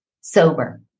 sober